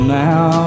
now